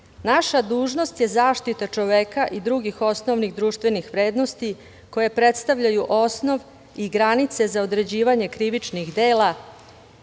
dužnost je zaštita čoveka i drugih osnovnih društvenih vrednosti koje predstavljaju osnov i granice za određivanje krivičnih dela,